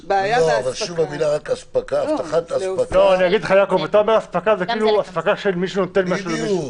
כשאתה אומר "אספקה" זה כאילו שמישהו נותן משהו למישהו.